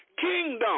Kingdom